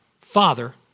Father